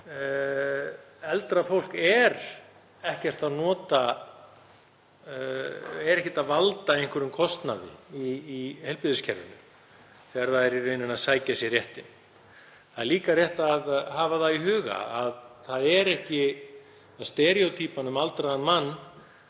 að eldra fólk er ekkert að valda kostnaði í heilbrigðiskerfinu þegar það er í raun að sækja sér réttinn. Það er líka rétt að hafa það í huga að steríótýpan um aldraðan mann,